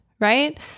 right